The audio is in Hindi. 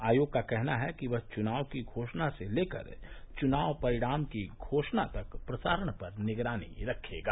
आयोग का कहना है कि वह चुनाव की घोषणा से लेकर चुनाव परिणाम की घोषणा तक प्रसारण पर निगरानी रखेगा